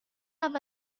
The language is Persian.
بدهید